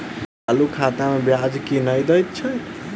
चालू खाता मे ब्याज केल नहि दैत अछि